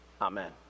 amen